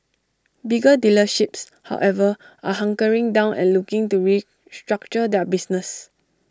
bigger dealerships however are hunkering down and looking to restructure their business